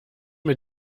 mir